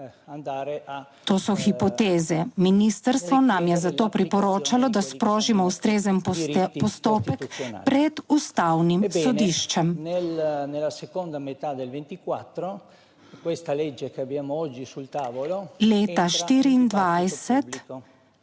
to so hipoteze. Ministrstvo nam je zato priporočalo, da sprožimo ustrezen postopek pred ustavnim sodiščem. Leta 2024,